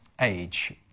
age